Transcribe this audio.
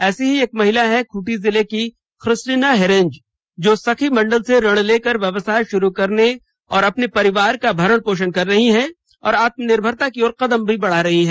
ऐसी ही एक महिला हैं खूंटी जिले की खीस्टीना हेरेंज जो सखी मंडल से ऋण लेकर व्यवसाय षुरू कर अपने परिवार का भरण पोषण कर रही है और आत्मनिर्भरता की ओर कदम बढ़ा रही है